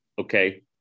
okay